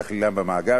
להכלילם במאגר,